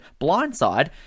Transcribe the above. Blindside